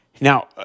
Now